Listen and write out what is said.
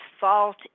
fault